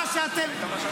מה שאתם --- בכמה?